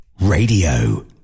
Radio